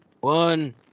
One